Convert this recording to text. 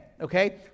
okay